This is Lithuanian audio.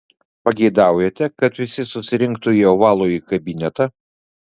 pageidaujate kad visi susirinktų į ovalųjį kabinetą